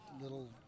little